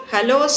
Hello